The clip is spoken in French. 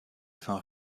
fins